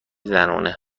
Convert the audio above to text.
زنونه